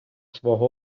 свого